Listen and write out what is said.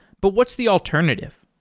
but what's the alternative?